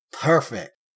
perfect